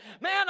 Man